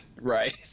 Right